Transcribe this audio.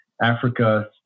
Africa